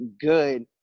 good